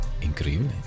increíble